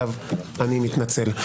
עליו אני מתנצל.